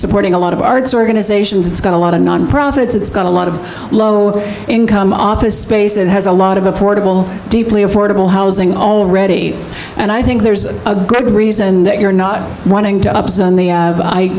supporting a lot of arts organizations it's got a lot of non profits it's got a lot of low income office space it has a lot of affordable deeply affordable housing already and i think there's a good reason that you're not running